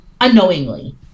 Unknowingly